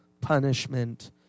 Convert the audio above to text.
punishment